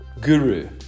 guru